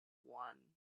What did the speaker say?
one